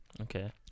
Okay